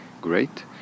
great